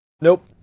nope